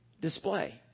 display